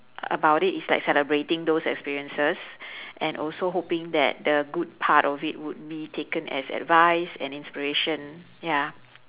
about it it's like celebrating those experiences and also hoping that the good part of it would be taken as advice and inspiration ya